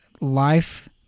life